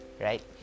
right